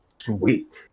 Sweet